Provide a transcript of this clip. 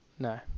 No